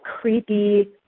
creepy